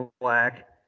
black